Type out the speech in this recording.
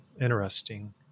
interesting